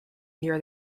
near